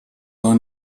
war